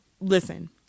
listen